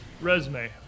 resume